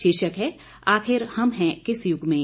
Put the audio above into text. शीर्षक है आखिर हम हैं किस युग मे